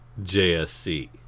JSC